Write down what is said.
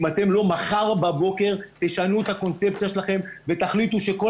אם אתם לא תשנו את הקונספציה מחר בבוקר ותחליטו שכל